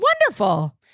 Wonderful